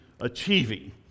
achieving